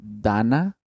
Dana